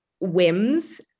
whims